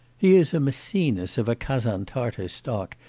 he is a maecenas of a kazan-tartar stock,